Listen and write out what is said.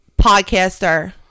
podcaster